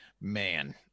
Man